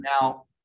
Now